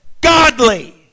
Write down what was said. godly